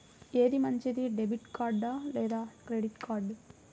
ఏది మంచిది, debit card లేదా క్రెడిట్ కార్డ్?